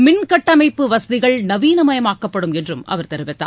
மின் கட்டமைப்பு வசதிகள் நவீன மயமாக்கப்படும் என்றும் அவர் தெரிவித்தார்